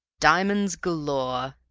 diamonds galore!